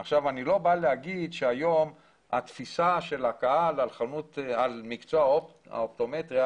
אני לא בא להגיד שהיום התפיסה של הקהל על מקצוע האופטומטריה